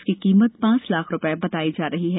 इसकी कीमत पांच लाख रूपये बताई जा रही है